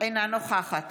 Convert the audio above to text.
אינה נוכחת